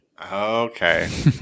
okay